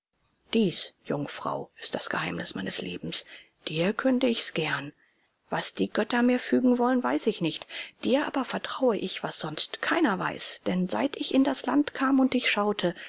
dies jungfrau ist das geheimnis meines lebens dir künde ich's gern was die götter mir fügen wollen weiß ich nicht dir aber vertraue ich was sonst keiner weiß denn seit ich in das land kam und dich